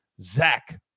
Zach